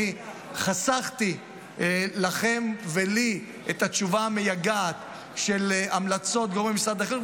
אני חסכתי לכם ולי את התשובה המייגעת של המלצות גורמי משרד החינוך,